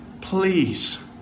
please